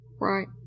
Right